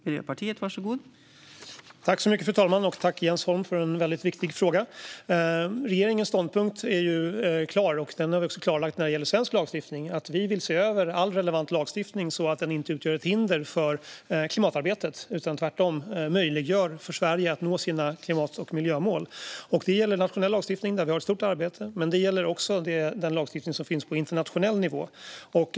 Fru talman! Tack, Jens Holm, för en väldigt viktig fråga! Regeringens ståndpunkt är klar; vi har klarlagt den också när det gäller svensk lagstiftning. Vi vill se över all relevant lagstiftning så att den inte utgör ett hinder för klimatarbetet utan tvärtom möjliggör för Sverige att nå sina klimat och miljömål. Det gäller nationell lagstiftning, där vi har ett stort arbete, men också den lagstiftning som finns på internationell nivå.